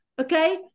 okay